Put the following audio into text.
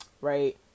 Right